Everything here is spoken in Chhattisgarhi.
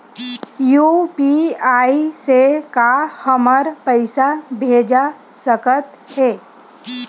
यू.पी.आई से का हमर पईसा भेजा सकत हे?